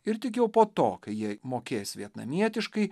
ir tik jau po to kai jie mokės vietnamietiškai